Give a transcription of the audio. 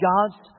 God's